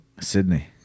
Sydney